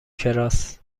کراس